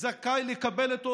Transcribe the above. זכאי לקבל אותו.